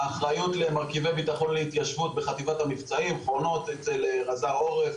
האחריות למרכיבי ביטחון להתיישבות בחטיבת המבצעים חונות אצל רז"ר עורף